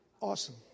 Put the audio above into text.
Awesome